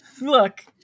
Look